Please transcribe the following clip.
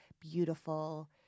beautiful